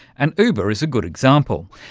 and uber is a good example.